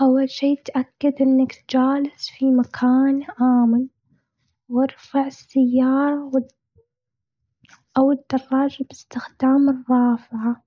أول شي، تأكد إنك جالس في مكان آمن، وارفع السيارة أو الدراجة بإستخدام الرافعه.